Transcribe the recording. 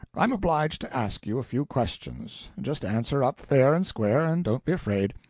i'm obliged to ask you a few questions just answer up fair and square, and don't be afraid.